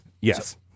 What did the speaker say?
Yes